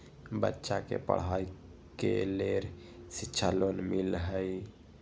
बच्चा के पढ़ाई के लेर शिक्षा लोन मिलहई?